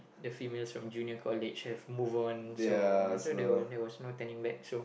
the females of junior college have move on so so there was there was no tele match